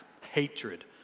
hatred